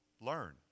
Learn